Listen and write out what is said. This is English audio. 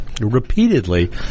repeatedly